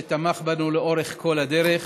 שתמך בנו לאורך כל הדרך,